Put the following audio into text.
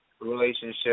relationship